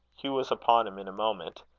hugh was upon him in a moment.